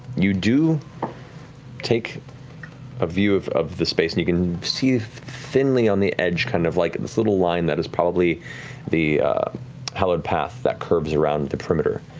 you do take a view of of the space and you can see thinly on the edge, kind of like and this little line that is probably the hallowed path that curves around the perimeter.